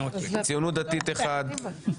הציונות הדתית אחד,